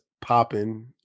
popping